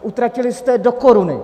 Utratili jste je do koruny!